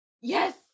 Yes